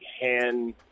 hand